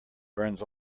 burns